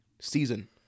season